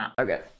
okay